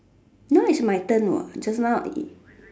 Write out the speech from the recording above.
now is my turn what just now is